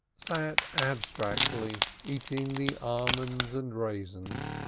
sat abstractedly eating the almonds and raisins,